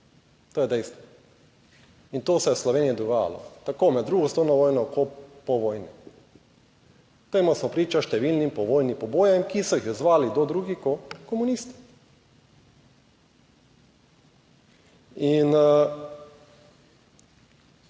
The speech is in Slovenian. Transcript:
To je dejstvo. In to se je v Sloveniji dogajalo tako med II. svetovno vojno, po vojni temu smo priča številnim povojnim pobojem, ki so jih izvajali kdo drugi kot komunisti. In